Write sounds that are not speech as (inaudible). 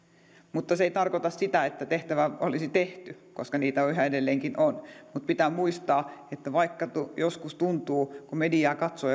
mutta se ei tarkoita sitä että tehtävä olisi tehty koska niitä yhä edelleenkin on mutta pitää muistaa että vaikka joskus tuntuu kun mediaa katsoo (unintelligible)